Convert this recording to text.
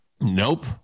Nope